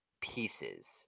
pieces